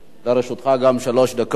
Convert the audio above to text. לרשותך שלוש דקות.